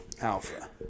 Alpha